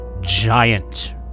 giant